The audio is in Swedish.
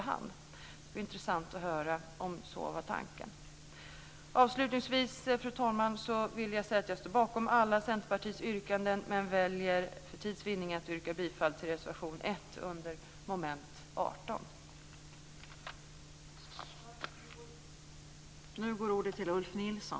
Det skulle vara intressant att höra om så var tanken. Fru talman! Avslutningsvis står jag bakom alla Centerpartiets yrkanden, men väljer för tids vinning att yrka bifall bara till reservation nr 1 under mom. 18.